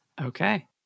Okay